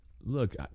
look